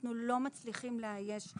אנחנו פשוט לא מצליחים לאייש.